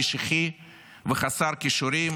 משיחי וחסר כישורים